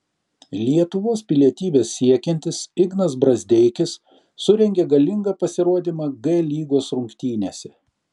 lietuvos pilietybės siekiantis ignas brazdeikis surengė galingą pasirodymą g lygos rungtynėse